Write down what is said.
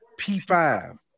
P5